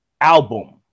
album